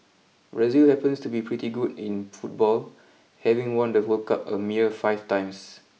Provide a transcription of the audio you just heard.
Brazil happens to be pretty good in football having won the World Cup a mere five times